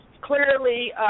clearly